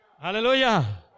Hallelujah